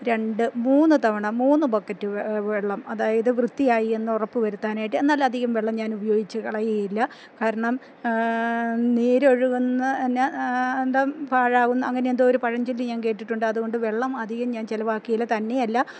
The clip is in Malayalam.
രണ്ടുമൂന്നു തവണ മൂന്ന് ബക്കറ്റ് വെള്ളം അതായത് വൃത്തിയായിയെന്ന് ഉറപ്പുവരുത്താനായിട്ട് എന്നാലധികം വെള്ളം ഞാൻ ഉപയോഗിച്ചു കളയുകയുമില്ല കാരണം നീരൊഴുകുന്ന എന്നാ എന്താ പാഴാവും അങ്ങനെ എന്തോ ഒരു പഴഞ്ചൊല്ല് ഞാൻ കേട്ടിട്ടുണ്ട് അതുകൊണ്ട് വെള്ളം അധികം ഞാൻ ചെലവാക്കുകേല തന്നെയല്ല